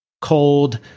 cold